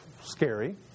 scary